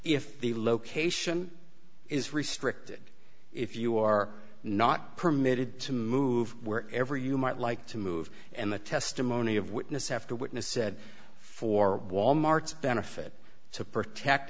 if the location is restricted if you are not permitted to move where ever you might like to move and the testimony of witness after witness said for wal mart's benefit to protect